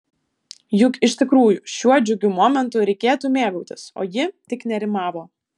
juk iš tikrųjų šiuo džiugiu momentu reikėtų mėgautis o ji tik nerimavo